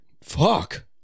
Fuck